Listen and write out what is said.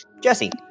Jesse